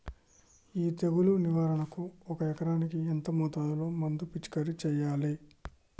ఈ తెగులు నివారణకు ఒక ఎకరానికి ఎంత మోతాదులో మందు పిచికారీ చెయ్యాలే?